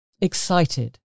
excited